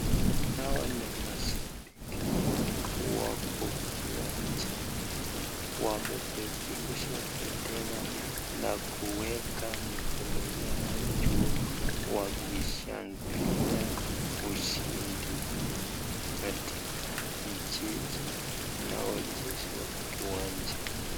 Hawa ni mashabiki wako kiwanjani wamepeperusha bendera na kuweka mikono yao juu wakishangilia ushindi katika mchezo unaochezwa kiwanjani.